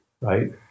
Right